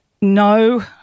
no